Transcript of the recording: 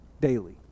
daily